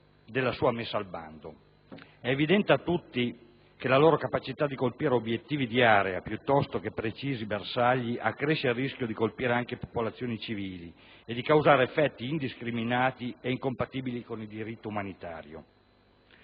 della sua messa al bando. È evidente a tutti che la loro capacità di colpire obiettivi di area, piuttosto che precisi bersagli, accresce il rischio di colpire anche popolazioni civili e di causare effetti indiscriminati ed incompatibili con il diritto umanitario.